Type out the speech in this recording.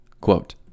Quote